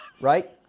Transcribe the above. right